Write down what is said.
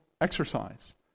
exercise